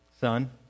son